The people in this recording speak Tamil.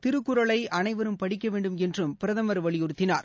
திருக்குறளை அனைவரும் படிக்க வேண்டும் என்றும் பிரதமர் வலியுறுத்தினார்